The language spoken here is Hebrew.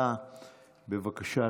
תודה רבה.